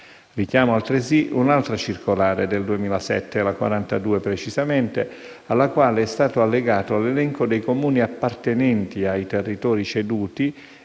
Richiamo, altresì, un'altra circolare del 2007 - la n. 42 - alla quale è stato allegato l'elenco dei Comuni appartenenti ai territori ceduti